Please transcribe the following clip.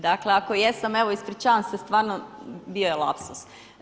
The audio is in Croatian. Dakle ako jesam evo ispričavam se stvarno, bio je lapsus.